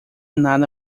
nada